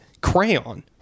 crayon